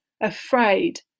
afraid